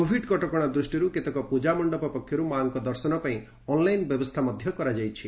covid କଟକଶା ଦୃଷିରୁ କେତେକ ପୂଜାମଣ୍ଡପ ପକ୍ଷରୁ ମା'ଙ୍କ ଦର୍ଶନ ପାଇଁ ଅନ୍ଲାଇନ୍ ବ୍ୟବସ୍ତା ମଧ୍ଧ କରାଯାଇଛି